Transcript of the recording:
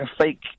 fake